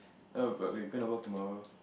oh but we're gonna work tomorrow